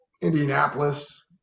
Indianapolis